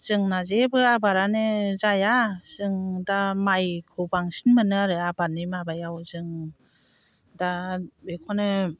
जोंना जेबो आबादानो जाया जों दा माइखौ बांसिन मोनो आरो आबादनि माबायाव जों दा बेखौनो